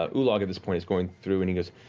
ah ulog at this point is going through and he goes,